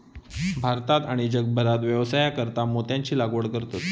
भारतात आणि जगभरात व्यवसायासाकारता मोत्यांची लागवड करतत